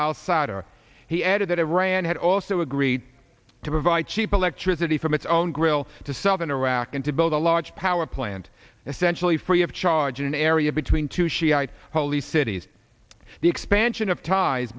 outsider he added that iran had also agreed to provide cheap electricity from its own grill to southern iraq and to build a large power plant essentially free of charge in an area between two shiite holy cities the expansion of